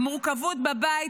מורכבות בבית,